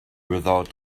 without